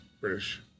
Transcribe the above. British